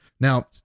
Now